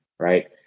right